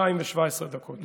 2:17 דקות.